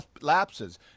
lapses